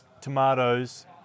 tomatoes